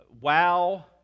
Wow